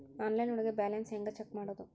Online ಒಳಗೆ balance ಹ್ಯಾಂಗ check ಮಾಡೋದು?